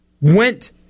Went